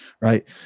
right